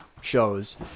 shows